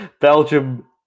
Belgium